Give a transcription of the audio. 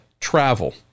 travel